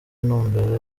intumbero